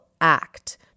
act